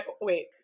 wait